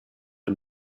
and